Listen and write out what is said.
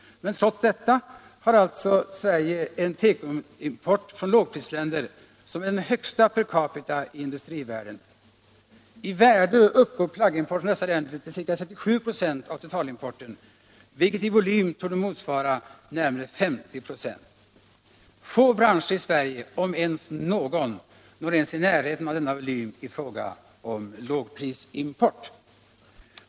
Men trots detta har alltså Sverige en tekoimport från lågprisländer som är den högsta per capita i industrivärlden. I värde uppgår plaggimporten från dessa länder till ca 37 96 av totalimporten, vilket i volym torde motsvara närmare 50 26. Få branscher i Sverige, om ens någon, når i närheten av denna volym i fråga om lågprisimport.